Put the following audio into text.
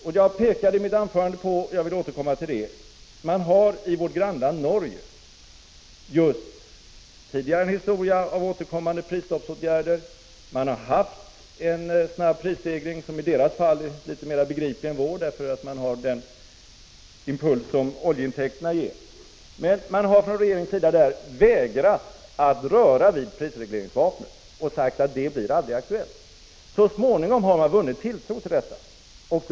I mitt tidigare anförande påpekade jag att man i vårt grannland Norge tidigare har använt sig av återkommande prisstoppsåtgärder. Man har haft en snabb prisstegringstakt, som i Norges fall är litet mer begriplig än vår. I Norge har man den impuls som oljeintäkterna ger. Regeringen har emellertid vägrat att röra vid prisregleringsvapnet. Man har sagt att det aldrig blir aktuellt. Så småningom har regeringen vunnit tilltro till detta uttalande.